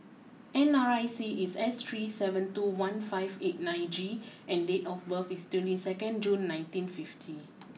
N R I C is S three seven two one five eight nine G and date of birth is twenty second June nineteen fifty